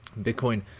bitcoin